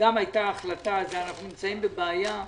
גם הייתה החלטה אנחנו נמצאים בבעיה.